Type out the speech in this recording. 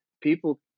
people